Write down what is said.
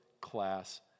class